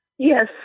Yes